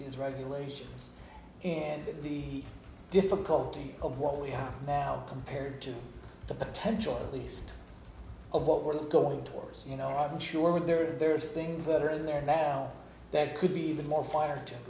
these regulations and the difficulty of what we have now compared to the potential at least of what we're going towards you know i'm sure would there are there's things that are in their balance that could be even more fire t